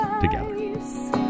together